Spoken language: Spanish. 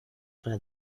para